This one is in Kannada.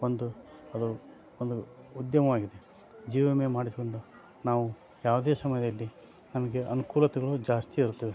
ಒಂದು ಅದು ಒಂದು ಉದ್ಯಮವಾಗಿದೆ ಜೀವ ವಿಮೆ ಮಾಡಿಸುವಂಥ ನಾವು ಯಾವುದೇ ಸಮಯದಲ್ಲಿ ನಮಗೆ ಅನುಕೂಲತೆಗಳು ಜಾಸ್ತಿ ಇರ್ತವೆ